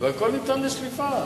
והכול ניתן לשליפה.